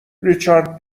ریچارد